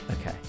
Okay